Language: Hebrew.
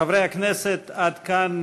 חברי הכנסת, עד כאן